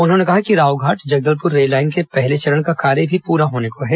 उन्होंने कहा कि रावघाट जगदलपुर रेल लाईन के पहला चरण का कार्य भी पूरा होने को है